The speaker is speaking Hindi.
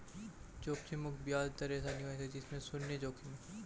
जोखिम मुक्त ब्याज दर ऐसा निवेश है जिसमें शुन्य जोखिम है